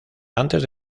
antes